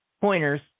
pointers